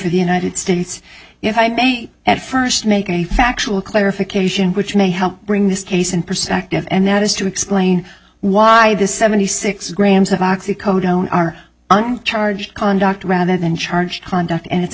united states if i may at first make a factual clarification which may help bring this case in perspective and that is to explain why the seventy six grams of oxy code on our on charge conduct rather than charged conduct and it's a